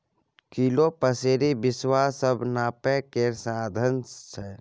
kilo, पसेरी, बिसवा सब नापय केर साधंश छै